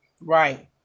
Right